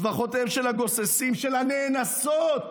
צווחותיהם של הגוססים, של הנאנסות